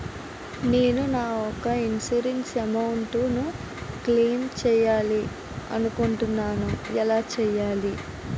నేను నా యెక్క ఇన్సురెన్స్ అమౌంట్ ను క్లైమ్ చేయాలనుకుంటున్నా ఎలా చేయాలి?